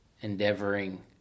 endeavoring